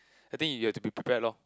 I think you have to be prepared lor